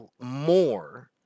more